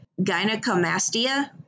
gynecomastia